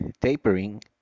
tapering